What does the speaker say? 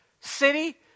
city